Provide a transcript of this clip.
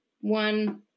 one